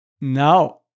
no